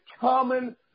common